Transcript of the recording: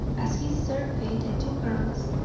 as he surveyed the two girls,